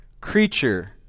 creature